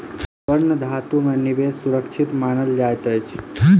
स्वर्ण धातु में निवेश सुरक्षित मानल जाइत अछि